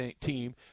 team